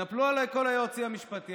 התנפלו עליי כל היועצים המשפטיים,